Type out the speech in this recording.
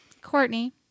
Courtney